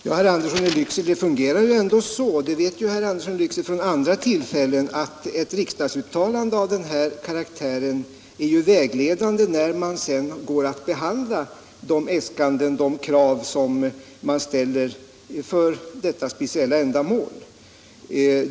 Herr talman! Det fungerar ändå så — det vet herr Andersson i Lycksele från andra tillfällen — att ett riksdagsuttalande av den här karaktären är vägledande när man går att behandla de krav som ställs för det speciella ändamålet.